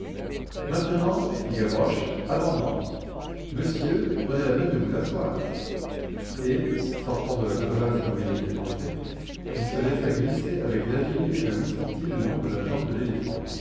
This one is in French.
maintenant fit gavroche attends-moi monsieur prenez la peine de vous asseoir et sortant de la crevasse comme il y était entré il se laissa glisser avec l'agilité d'un ouistiti le long de la jambe de l'éléphant